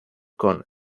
con